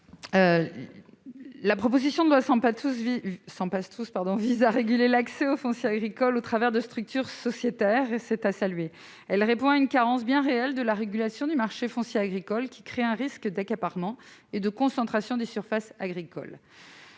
La proposition de loi Sempastous, que nous examinons, vise à réguler l'accès au foncier agricole au travers de structures sociétaires ; c'est à saluer, car elle répond à une carence bien réelle de la régulation du marché foncier agricole, carence qui crée un risque d'accaparement et de concentration des surfaces agricoles.